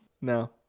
No